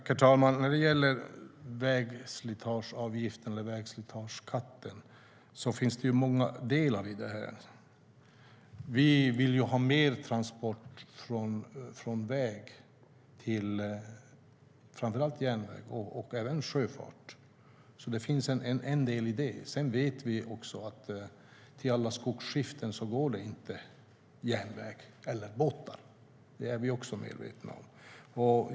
Herr talman! När det gäller vägslitageavgiften eller vägslitageskatten finns det många delar. Vi vill föra över fler transporter från väg till framför allt järnväg och även sjöfart. Vi är också medvetna om att det inte går järnväg eller båtar till alla skogsskiften.